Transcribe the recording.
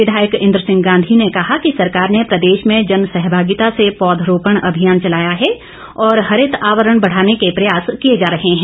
विधायक इंद्र सिंह गांधी ने कहा कि सरकार ने प्रदेश में जन सहभागिता से पौधरोपण अभियान चलाया है और हरित आवरण बढ़ाने के प्रयास किए जा रहे हैं